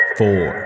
four